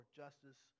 justice